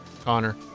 Connor